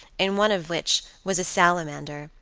in one of which was a salamander,